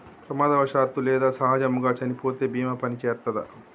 ప్రమాదవశాత్తు లేదా సహజముగా చనిపోతే బీమా పనిచేత్తదా?